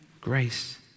Grace